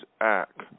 act